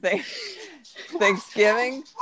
Thanksgiving